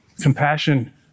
compassion